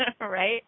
Right